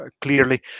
clearly